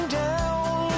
down